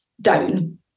down